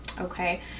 okay